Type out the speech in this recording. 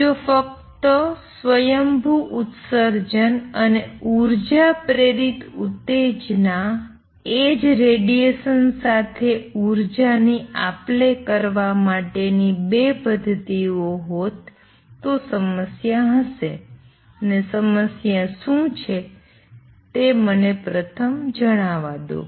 જો ફક્ત સ્વયંભૂ ઉત્સર્જન અને ઉર્જા પ્રેરિત ઉત્તેજના એજ રેડિએશન સાથે ઉર્જાની આપલે કરવા માટેની ૨ પદ્ધતિઓ હોત તો સમસ્યા હશે અને સમસ્યા શું છે તે મને પ્રથમ જણાવવા દો